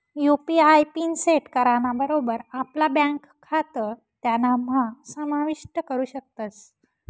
UPI PIN set कराना बरोबर आपला ब्यांक खातं त्यानाम्हा समाविष्ट करू शकतस